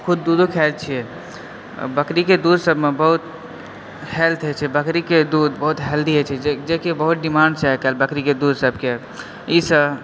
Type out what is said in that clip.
खुद दूधो खायत छियै बकरीके दूधसभमे बहुत हेल्थ होइत छै बकरीके दूध बहुत हेल्दी होइत छै जेकि बहुत डिमांड छै आइकाल्हि बकरीके दूध सभकेँ ईसँ